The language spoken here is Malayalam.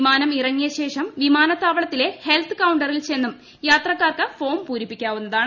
വിമാനം ഇറങ്ങിയ ശേഷം വിമാനത്താവളത്തിലെ ഹെൽത്ത് കൌണ്ടറിൽ ചെന്നും യാത്രക്കാർക്ക് ഫോം പൂരിപ്പിക്കാവുന്നതാണ്